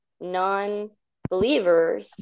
non-believers